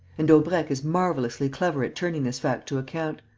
and daubrecq is marvelously clever at turning this fact to account.